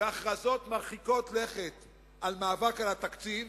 בהכרזות מרחיקות לכת על מאבק על התקציב.